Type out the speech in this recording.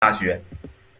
大学